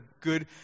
good